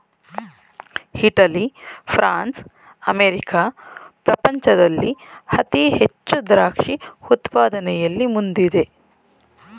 Italy, France, America ಪ್ರಪಂಚದಲ್ಲಿ ಅತಿ ಹೆಚ್ಚು ದ್ರಾಕ್ಷಿ ಉತ್ಪಾದನೆಯಲ್ಲಿ ಮುಂದಿದೆ